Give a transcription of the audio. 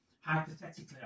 hypothetically